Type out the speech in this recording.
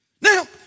Now